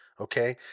okay